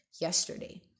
yesterday